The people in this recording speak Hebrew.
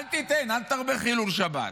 אל תיתן, אל תרבה חילול שבת.